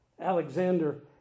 Alexander